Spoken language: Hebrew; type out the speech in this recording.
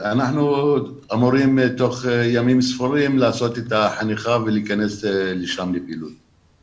אנחנו אמורים תוך ימים ספורים לעשות את החניכה ולהיכנס לפעילות שם.